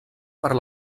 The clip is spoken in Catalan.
per